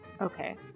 Okay